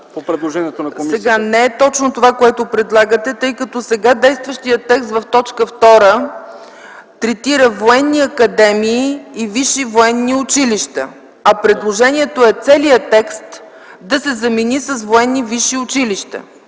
Не е точно това, което предлагате, тъй като сега действащият текст в т. 2 третира военни академии и висши военни училища, а предложението е целият текст да се замени с „военни висши училища”,